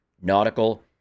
nautical